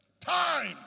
Time